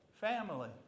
family